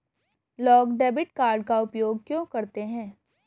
लोग debit card का उपयोग क्यों करते हैं?